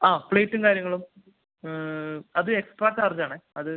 ആ പ്ലേറ്റും കാര്യങ്ങളും അത് എക്സ്ട്രാ ചാർജാണ് അത്